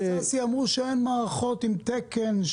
ששי, הם אמרו שאין מערכות עם תקן.